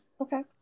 Okay